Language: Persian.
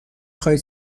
خواید